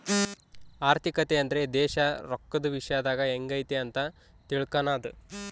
ಆರ್ಥಿಕತೆ ಅಂದ್ರೆ ದೇಶ ರೊಕ್ಕದ ವಿಶ್ಯದಾಗ ಎಂಗೈತೆ ಅಂತ ತಿಳ್ಕನದು